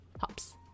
Hops